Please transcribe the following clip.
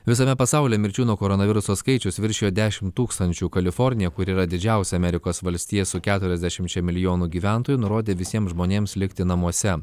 visame pasauly mirčių nuo koronaviruso skaičius viršijo dešim tūkstančių kalifornija kuri yra didžiausia amerikos valstija su keturiasdešimčia milijonų gyventojų nurodė visiems žmonėms likti namuose